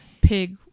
pig